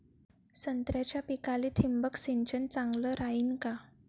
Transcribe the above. संत्र्याच्या पिकाले थिंबक सिंचन चांगलं रायीन का?